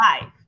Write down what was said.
life